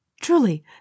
Truly